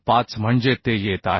25 म्हणजे ते येत आहे